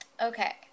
Okay